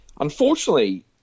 unfortunately